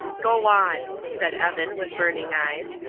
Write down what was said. go on! said evan, with burning eyes.